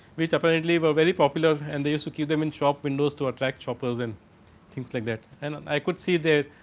which apparently very popular. and you should keep them in shop window to attracts shoppers, then and thinks like that. and and i could see there,